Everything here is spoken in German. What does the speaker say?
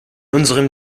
unserem